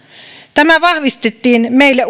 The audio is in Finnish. tämä vahvistettiin meille